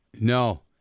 No